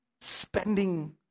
spending